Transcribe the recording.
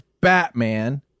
Batman